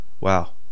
Wow